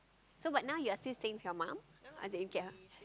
so but now your still staying with your mum until you get a